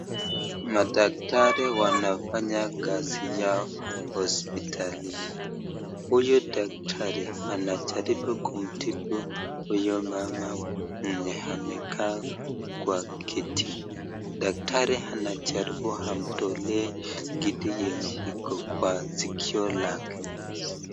Madaktari wanafanya kazi yao hosiptalini, huyu daktari anajaribu kumtibu huyu mama mwenye amekaa kwa kiti, daktari anajaribu amtolee kitu yenye iko kwa sikio lake.